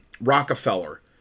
Rockefeller